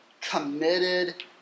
committed